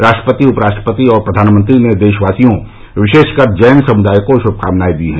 राष्ट्रपति उपराष्ट्रपति और प्रधानमंत्री ने देशवासियों विशेषकर जैन समुदाय को शुभकामनाएं दी हैं